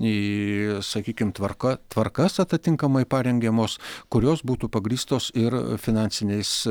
į sakykim tvarka tvarkas atitinkamai parengiamos kurios būtų pagrįstos ir finansiniais